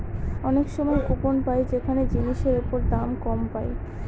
অনেক সময় কুপন পাই যেখানে জিনিসের ওপর দাম কম পায়